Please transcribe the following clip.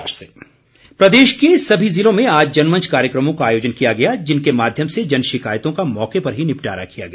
जनमंच प्रदेश के सभी जिलों में आज जनमंच कार्यक्रमों का आयोजन किया गया जिनके माध्यम से जन शिकायतों का मौके पर ही निपटारा किया गया